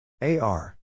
A-R